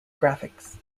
graphics